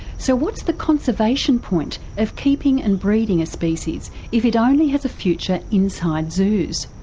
so what's the conservation point of keeping and breeding a species if it only has a future inside zoos?